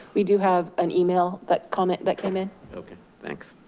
we do have an email, that comment that came in. okay, thanks.